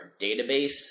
database